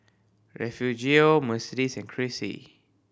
Refugio Mercedes and Crissy